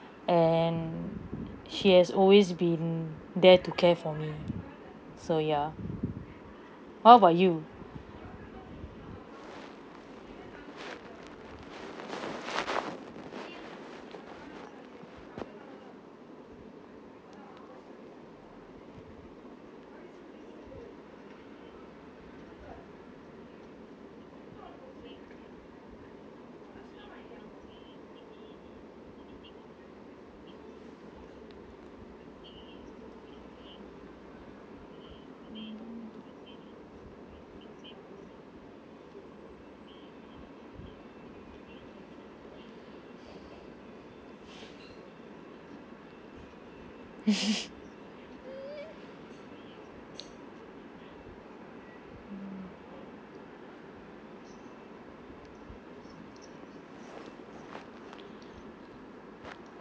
and she has always been there to care for me so ya what about you